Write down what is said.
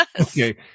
Okay